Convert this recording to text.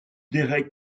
derek